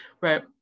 Right